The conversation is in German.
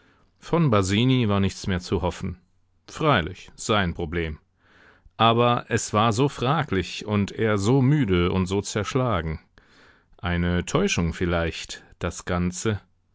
von basini war nichts mehr zu hoffen freilich sein problem aber es war so fraglich und er so müde und so zerschlagen eine täuschung vielleicht das ganze